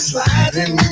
Sliding